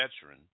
veteran